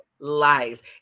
lies